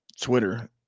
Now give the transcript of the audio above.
Twitter